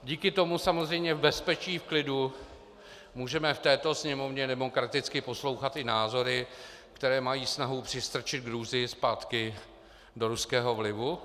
Díky tomu samozřejmě v bezpečí, v klidu můžeme v této Sněmovně demokraticky poslouchat i názory, které mají snahu přistrčit Gruzii zpátky do ruského vlivu.